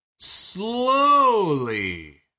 slowly